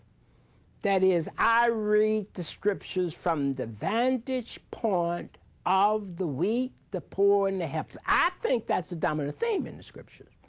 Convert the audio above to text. that is, i read the scripture from the vantage point of the weak, the poor, and the helpless. i think that's the dominant theme in the scripture.